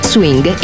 Swing